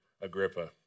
Agrippa